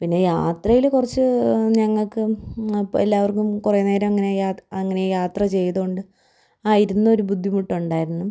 പിന്നെ യാത്രയില് കുറച്ച് ഞങ്ങള്ക്കും എല്ലാവർക്കും കുറേ നേരം അങ്ങനെ അങ്ങനെ യാത്രചെയ്തതുകൊണ്ട് ആ ഇരുന്ന ഒരു ബുദ്ധിമുട്ടുണ്ടായിരുന്നു